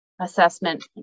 assessment